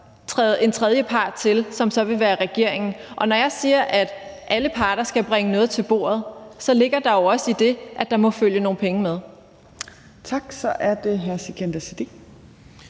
en tredjepart til, som så vil være regeringen. Og når jeg siger, at alle parter skal bringe noget til bordet, ligger der jo også i det, at der må følge nogle penge med. Kl. 15:38 Fjerde